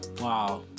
Wow